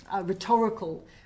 rhetorical